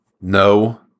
No